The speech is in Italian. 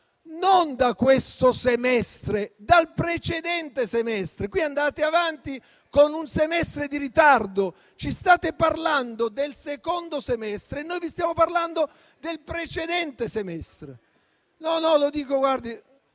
non da questo semestre, ma dal precedente. Andate avanti con un semestre di ritardo; ci state parlando del secondo semestre e noi vi stiamo parlando di quello precedente.